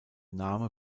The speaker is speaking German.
name